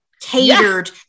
Catered